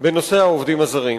בנושא העובדים הזרים.